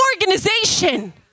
organization